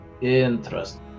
interesting